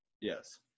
yes